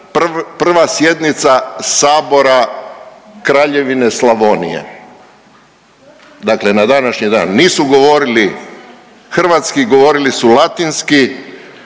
prva sjednica Sabora Kraljevine Slavonije, dakle na današnji dan. Nisu govorili hrvatski, govorili su latinski.